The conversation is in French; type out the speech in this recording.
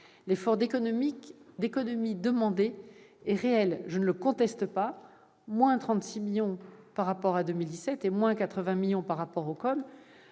L'effort d'économies demandé est réel, je ne le conteste pas : il s'élève à 36 millions par rapport à 2017 et 80 millions par rapport aux